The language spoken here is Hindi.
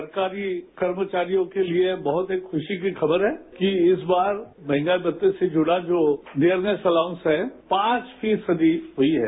सरकारी कर्मचारियों के लिए बहुत एक खुशी की खबर है कि इस बार मंहगाई भत्ते से जुड़ा जो डियरनेस अलाउंस है पांच फीसदी हई है